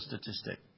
statistic